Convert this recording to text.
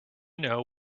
know